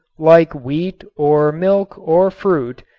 like wheat or milk or fruit,